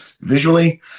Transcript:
visually